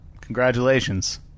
congratulations